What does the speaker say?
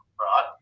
right